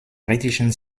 britischen